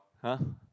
[huh]